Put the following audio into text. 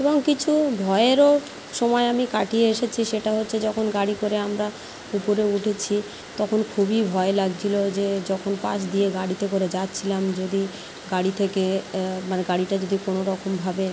এবং কিছু ভয়েরও সময় আমি কাটিয়ে এসেছি সেটা হচ্ছে যখন গাড়ি করে আমরা উপরে উঠেছি তখন খুবই ভয় লাগছিলো যে যখন পাশ দিয়ে গাড়িতে করে যাচ্ছিলাম যদি গাড়ি থেকে মানে গাড়িটা যদি কোনো রকমভাবে